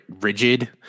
rigid